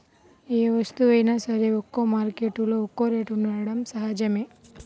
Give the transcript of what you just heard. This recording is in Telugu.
ఏ వస్తువైనా సరే ఒక్కో మార్కెట్టులో ఒక్కో రేటు ఉండటం సహజమే